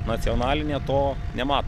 nacionalinė to nemato